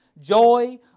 joy